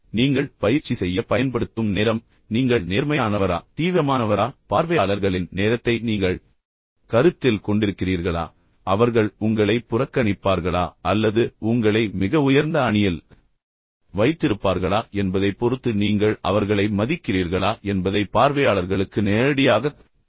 எனவே நீங்கள் பயிற்சி செய்ய பயன்படுத்தும் நேரம் நீங்கள் நேர்மையானவரா தீவிரமானவரா பார்வையாளர்களின் நேரத்தை நீங்கள் கருத்தில் கொண்டிருக்கிறீர்களா அவர்கள் உங்களை புறக்கணிப்பார்களா அல்லது உங்களை மிக உயர்ந்த அணியில் வைத்திருப்பார்களா என்பதைப் பொறுத்து நீங்கள் அவர்களை மதிக்கிறீர்களா என்பதை பார்வையாளர்களுக்கு நேரடியாகத் தெரிவிக்கும்